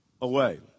away